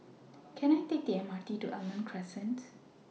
Can I Take The MRT to Almond Crescent